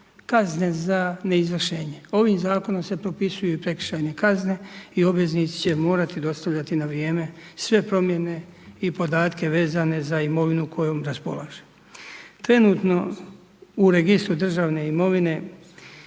kazne za neizvršenje. Ovim zakonom se propisuju i prekršajne kazne i obveznici će morati dostavljati na vrijeme sve promjene i podatke vezane za imovinu kojom raspolaže. Trenutno u registru državne imovine